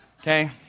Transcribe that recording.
Okay